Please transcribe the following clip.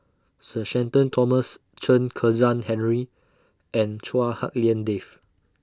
Sir Shenton Thomas Chen Kezhan Henri and Chua Hak Lien Dave